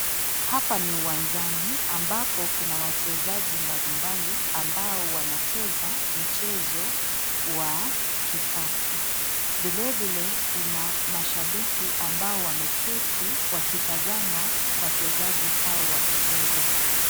Hapa ni uwanjani ambapo kuna wachezaji mbalimbali ambao wanacheza mchezo wa kikapu, vile vile kuna mashabiki ambao wameketi wakitazama wachezaji hao wakicheza.